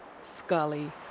Scully